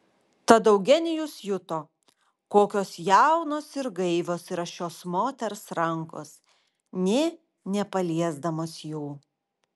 tad eugenijus juto kokios jaunos ir gaivios yra šios moters rankos nė nepaliesdamas jų